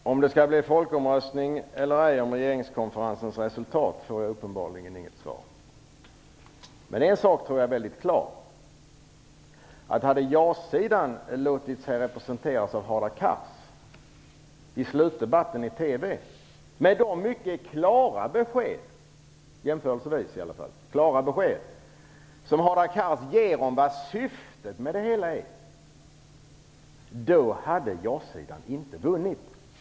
Fru talman! Jag får uppenbarligen inget svar på frågan om det skall bli en folkomröstningn eller ej om regeringskonferensens resultat. Men jag tror att en sak är mycket klar. Hade jasidan låtit sig representeras av Hadar Cars i slutdebatten i TV - med de jämförelsevis mycket klara besked som Hadar Cars ger om vad syftet är med det hela - hade ja-sidan inte vunnit.